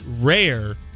rare